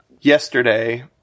yesterday